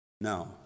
No